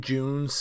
June